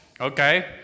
Okay